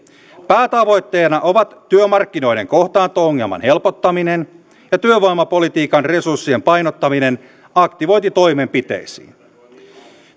päätavoitteena ovat työmarkkinoiden kohtaanto ongelman helpottaminen ja työvoimapolitiikan resurssien painottaminen aktivointitoimenpiteisiin